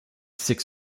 six